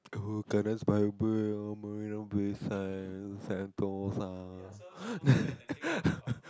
Gardens-by-the-Bay uh Marina-Bay-Sands Sentosa sentosa